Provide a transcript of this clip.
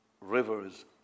rivers